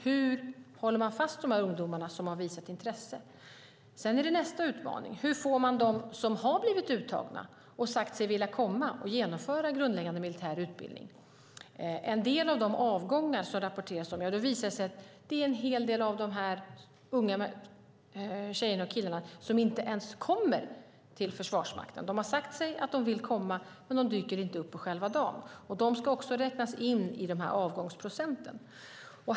Hur håller man fast dessa ungdomar som har visat intresse? Sedan är det nästa utmaning: Hur får man dem som har blivit uttagna och sagt sig vilja komma och genomföra grundläggande militär utbildning att komma? En del av de avgångar som det har rapporterats om är att det visat sig att en hel del av dessa unga tjejer och killar inte ens kommer till Försvarsmakten. De har sagt att de vill komma, men de dyker inte upp på själva dagen. De ska också räknas in i avgångsprocenten.